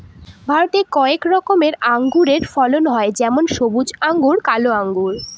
ভারতে কয়েক রকমের আঙুরের ফলন হয় যেমন সবুজ আঙ্গুর, কালো আঙ্গুর